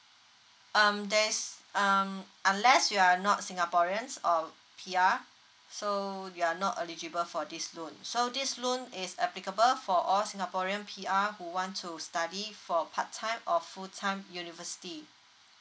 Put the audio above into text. um there's um unless you are not singaporeans or P_R so you're not eligible for this loan so this loan is applicable for all singaporean P_R who want to study for part time or full time university